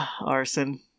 Arson